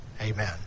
Amen